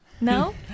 No